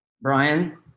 Brian